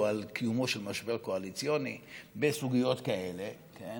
על קיומו של משבר קואליציוני בסוגיות כאלה של,